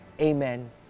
Amen